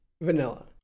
Vanilla